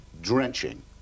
drenching